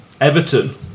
Everton